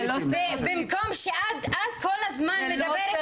במקום שאת כל הזמן מדברת